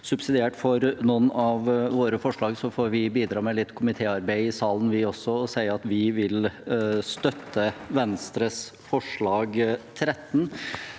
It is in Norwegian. subsidiært for noen av våre forslag, får vi bidra med litt komitéarbeid i salen, vi også. Vi vil støtte Venstres forslag nr.